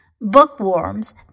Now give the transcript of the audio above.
Bookworms